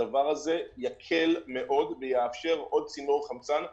הדבר הזה יקל מאוד ויאפשר עוד צינור חמצן לעסקים.